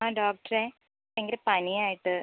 ആ ഡോക്ടറേ ഭയങ്കര പനിയായിട്ട്